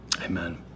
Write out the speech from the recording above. amen